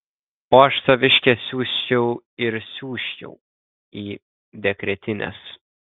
o aš saviškę siųsčiau ir siųsčiau į dekretines